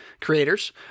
creators